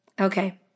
Okay